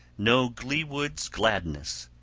no glee-wood's gladness!